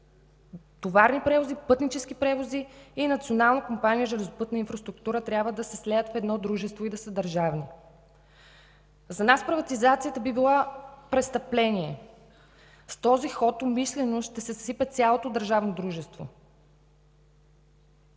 компания „Железопътна инфраструктура” трябва да се слеят в едно дружество и да са държавни. За нас приватизацията би била престъпление. С този ход умишлено ще се съсипе цялото държавно дружество.